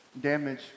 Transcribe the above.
damage